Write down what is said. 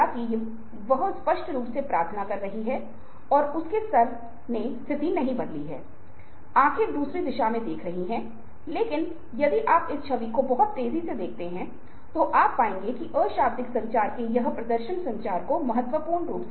तथ्य यह है कि सिगरेट हानिकारक है जाहिर है कुछ जो पृष्ठभूमि में है लेकिन इसके बावजूद अप्रत्यक्ष अनुनय किया जा रहा है कि ये सिगरेट अन्य सिगरेटों की तुलना में कम हानिकारक हैं